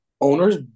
Owner's